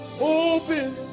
open